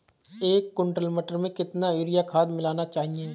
एक कुंटल मटर में कितना यूरिया खाद मिलाना चाहिए?